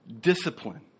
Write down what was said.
Discipline